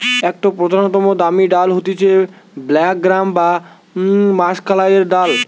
একটো প্রধানতম দামি ডাল হতিছে ব্ল্যাক গ্রাম বা মাষকলাইর ডাল